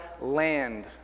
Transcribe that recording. land